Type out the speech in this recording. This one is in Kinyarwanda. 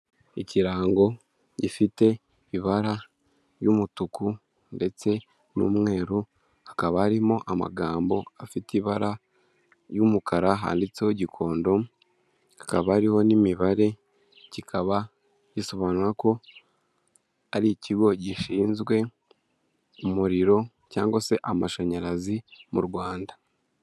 Ikirango gifite ibara ry'umutuku ndetse n'umweru, hakaba harimo amagambo afite ibara ry'umukara, handitseho Gikondo hakaba hariho n'imibare, kikaba gisobanura ko ari ikigo gishinzwe umuriro cyangwa se amashanyarazi mu Rwanda.